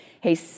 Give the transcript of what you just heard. hey